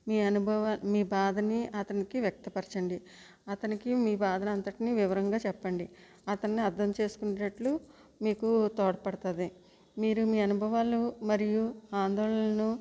మీ అనుభవా మీ బాధని అతనికి వ్యక్తపరచండి అతనికి మీ బాధని అంతటినీ వివరంగా చెప్పండి అతన్ని అర్థం చేసుకునేటట్లు మీకు తోడ్పడుతుంది మీరు మీ అనుభవాలు మరియు ఆందోళనలను